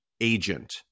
agent